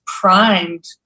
primed